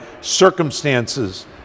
circumstances